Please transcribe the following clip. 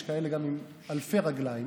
יש גם כאלה עם אלפי רגליים,